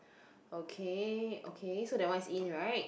okay okay so that one is in [right]